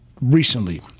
recently